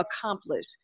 accomplish